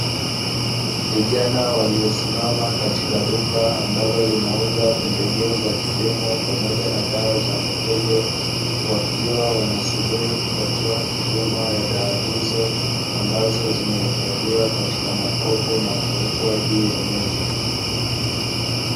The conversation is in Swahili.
Vijana waliosimama katika duka ambalo linauza pembejeo za kilimo pamoja na dawa za mifugo, wakiwa wanasubiri kupatiwa huduma ya dawa hizo, ambazo zimeifadhiwa katika makopo na kuwekwa juu ya meza.